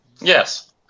yes